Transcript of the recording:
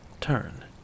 Turn